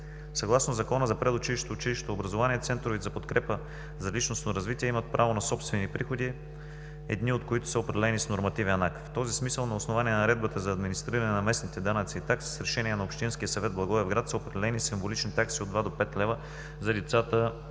Съгласно Закона за предучилищно и училищното образование центровете за подкрепа за личностно развитие имат право на собствени приходи, едни от които са определени с нормативен акт. В този смисъл на основание на Наредбата за администриране на местните данъци и такси, с Решение на Общинския съвет в Благоевград са определени символични такси от два до пет лева за лицата от